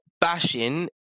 bashing